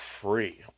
free